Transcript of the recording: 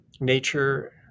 nature